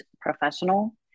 professional